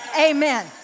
Amen